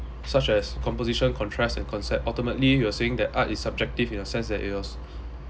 such as composition contrast and concept ultimately you were saying that art is subjective in a sense that it was